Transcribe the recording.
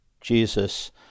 Jesus